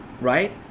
right